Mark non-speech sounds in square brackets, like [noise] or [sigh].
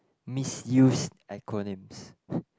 misused acronyms [breath]